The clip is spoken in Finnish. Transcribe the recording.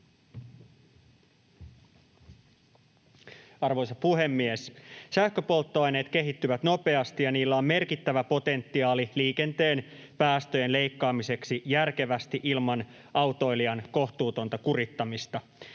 Arvoisa puhemies! Sähköpolttoaineet kehittyvät nopeasti, ja niillä on merkittävä potentiaali liikenteen päästöjen leikkaamiseksi järkevästi ilman autoilijan kohtuutonta kurittamista.